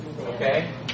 Okay